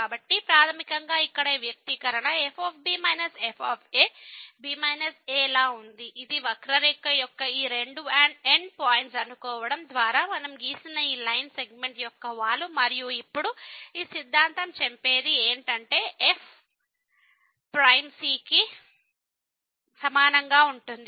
కాబట్టి ప్రాథమికంగా ఇక్కడ ఈ వ్యక్తీకరణ fb f b a లా ఉంది ఇది వక్రరేఖ యొక్క ఈ రెండు ఎండ్ పాయింట్స్ కలుసుకోవడం ద్వారా మనం గీసిన ఈ లైన్ సెగ్మెంట్ యొక్క వాలు మరియు ఇప్పుడు ఈ సిద్ధాంతం చెప్పేది ఏంటంటే f ప్రైమ్ c కి సమానంగా ఉంటుంది